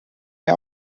mir